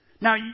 Now